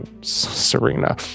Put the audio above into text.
Serena